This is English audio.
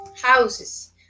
houses